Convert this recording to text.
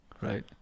right